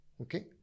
Okay